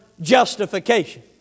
justification